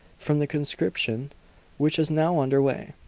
from the conscription which is now under way.